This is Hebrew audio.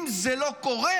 אם זה לא קורה